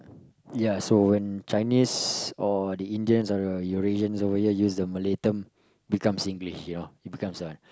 ya so when Chinese or the Indians or the Eurasians over here a Malay term becomes Singlish you becomes one